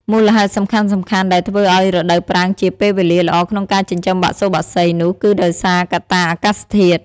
មូលហេតុសំខាន់ៗដែលធ្វើឲ្យរដូវប្រាំងជាពេលវេលាល្អក្នុងការចិញ្ចឹមបសុបក្សីនោះគីដោយសារកត្តាអាកាសធាតុ។